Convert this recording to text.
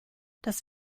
das